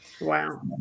Wow